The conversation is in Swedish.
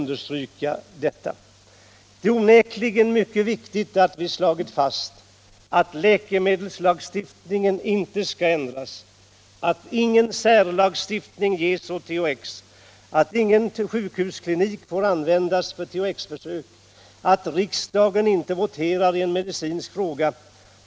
Det är onekligen mycket viktigt att vi har slagit fast att läkemedelslagstiftningen inte skall ändras, att ingen särställning ges åt THX, att ingen sjukhusklinik får användas för THX-försök, att riksdagen inte voterar i en medicinsk fråga.